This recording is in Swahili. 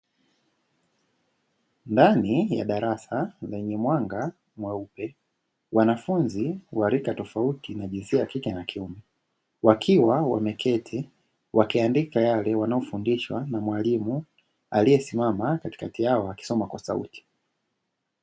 Ndani ya darasa lenye mwanga mweupe, wanafunzi wa rika tofauti na jinsia ya kike na kiume, wakiwa wameketi wakiandika yale wanayo fundishwa na mwalimu aliye simama katikati yao akisoma kwa sauti